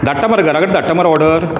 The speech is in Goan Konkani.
धाडटा मरे घरा कडेन धाडटा मरे ऑर्डर